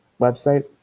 website